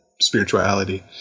spirituality